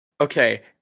Okay